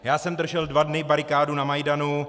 Já jsem držel dva dny barikádu na Majdanu.